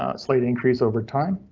ah slight increase overtime.